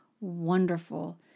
wonderful